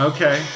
Okay